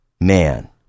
man